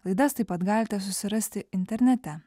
laidas taip pat galite susirasti internete